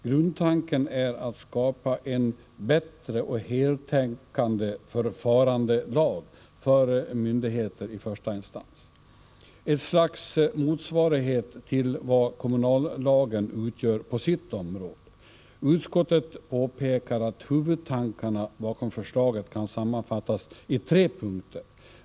Grundtanken är att skapa en bättre och mera heltäckande förfarandelag för myndigheter i första instans — ett slags motsvarighet till vad kommunallagen utgör på sitt område. Utskottet påpekar att huvudtankarna bakom förslaget kan sammanfattas i tre punkter.